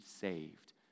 saved